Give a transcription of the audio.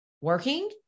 working